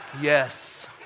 yes